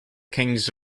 kings